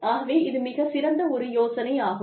ஆகவே இது மிகச் சிறந்த ஒரு யோசனையாகும்